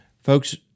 Folks